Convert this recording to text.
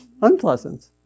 unpleasant